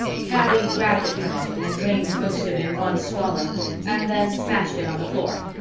kaby grabbed it from him and drained most of it in one swallow and then smashed it on the floor.